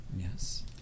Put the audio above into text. Yes